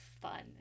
fun